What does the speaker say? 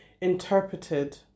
interpreted